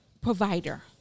provider